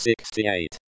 Sixty-eight